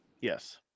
Yes